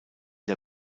der